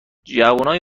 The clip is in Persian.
جوونای